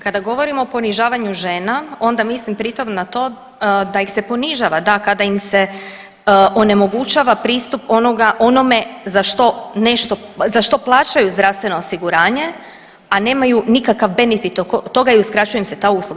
Kada govorimo o ponižavanju žena onda mislim pri tom na to da ih se ponižava da kada im se onemogućava pristup onome za što nešto za što plaćaju zdravstveno osiguranje, a nemaju nikakav benefit oko toga i uskraćuje im se ta usluga.